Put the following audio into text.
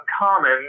uncommon